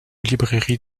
librairie